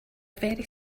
very